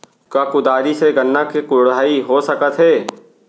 का कुदारी से गन्ना के कोड़ाई हो सकत हे?